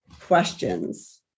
questions